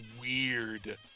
weird